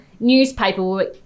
newspaper